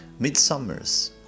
Midsummers